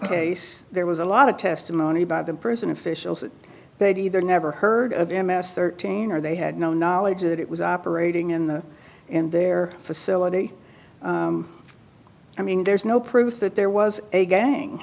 case there was a lot of testimony by the prison officials that they'd either never heard of him as thirteen or they had no knowledge that it was operating in the in their facility i mean there's no proof that there was a gang